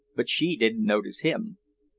but she didn't notice him.